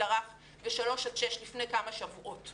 הרך מגיל שלוש עד שש לפני כמה שבועות.